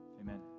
Amen